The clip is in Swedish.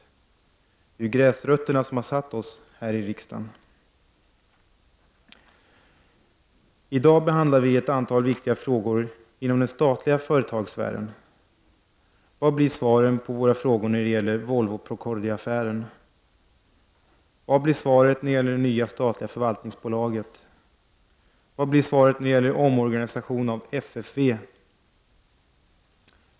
Det är ju gräsrötterna som har satt oss miljöpartister här i riksdagen. I dag behandlar vi ett antal viktiga frågor inom den statliga företagssfären. Vilka blir svaren på våra frågor när det gäller Volvo—Procordia-affären? Vilket blir svaret när det gäller det nya statliga förvaltningsbolaget? Vilket blir svaret när det gäller omorganisationen av FFV?